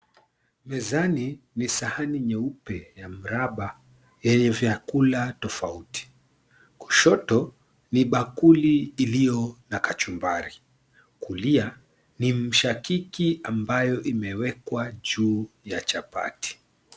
Mezani ni sahani nyeupe ya mraba yenye vyakula tofauti kushoto ni bakuli iliyo na kachumba, kulia ni mshakiki ambayo imewekwa juu ya chapati.